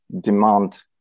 demand